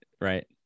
right